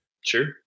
sure